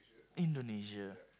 Indonesia